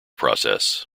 process